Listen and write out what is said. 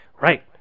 Right